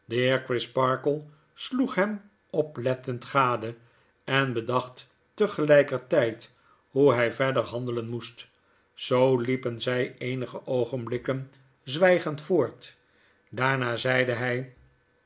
crisparkle sloeg hem oplettend gade en bedacht tegelykertyd hoe hij verder handelen moest zoo liepen zy eenige oogenblikken zwygend voort daarna zeide hij